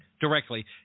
directly